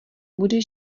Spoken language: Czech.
bude